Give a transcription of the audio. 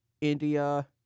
India